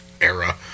era